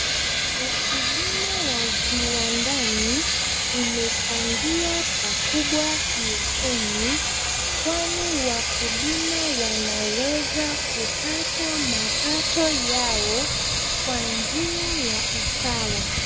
Ukulima wa uviwandani imechangia pakubwa, kiuchumi kwani wakulima wanaweza kupata mapato yao kwa njia ya usawa .